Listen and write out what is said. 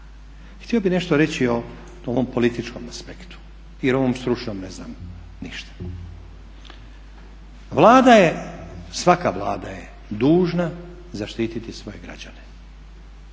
htio bih nešto reći o ovom političkom aspektu jer o ovom stručnom ne znam ništa. Vlada je, svaka Vlada je dužna zaštiti svoje građane.